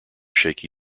shaky